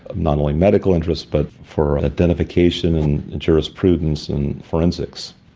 not only medical interest but for identification and jurisprudence and forensics.